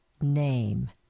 name